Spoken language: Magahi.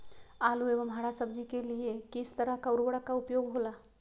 आलू एवं हरा सब्जी के लिए किस तरह का उर्वरक का उपयोग होला?